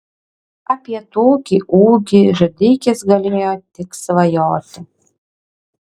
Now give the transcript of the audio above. apie tokį ūgį žadeikis galėjo tik svajoti